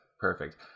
perfect